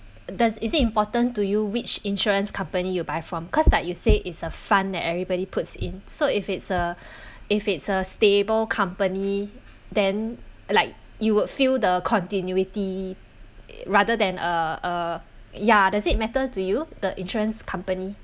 does is it important to you which insurance company you buy from cause like you say it's a fund that everybody puts in so if it's a if it's a stable company then like you would feel the continuity rather than uh uh ya does it matter to you the insurance company